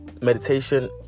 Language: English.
Meditation